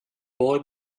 boy